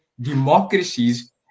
democracies